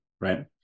right